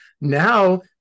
now